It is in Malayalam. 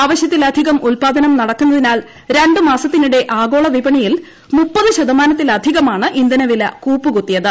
ആവശ്യത്തിലധികം ഉല്പാദനം നടക്കുന്നതിനാൽ രണ്ട് മാസത്തിനിടെ ആഗോള വിപണിയിൽ മുപ്പത് ശതമാനത്തിലധികമാണ് ഇന്ധനവില കൂപ്പുകുത്തിയത്